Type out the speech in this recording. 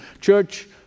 church